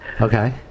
Okay